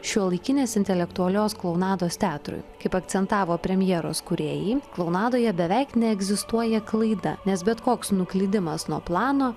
šiuolaikinės intelektualios klounados teatrui kaip akcentavo premjeros kūrėjai klounadoje beveik neegzistuoja klaida nes bet koks nuklydimas nuo plano